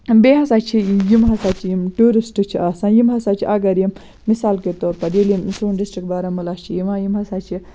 بیٚیہِ ہَسا چھِ یِم ہَسا چھِ یِم ٹیوٗرِسٹہٕ چھِ آسان یِم ہَسا چھِ اگر یِم مِثال کے طور پر ییٚلہِ یِم سون ڈِسٹِرٛک بارہمولہ چھِ یِوان یِم ہَسا چھِ